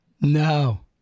No